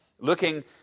Looking